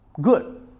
good